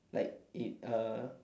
like it uh